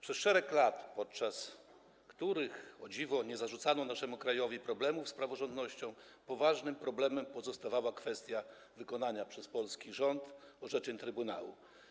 Przez szereg lat, podczas których, o dziwo, nie zarzucano naszemu krajowi problemów z praworządnością, poważnym problemem pozostawała kwestia wykonania przez polski rząd orzeczeń Trybunału.